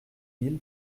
mille